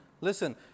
Listen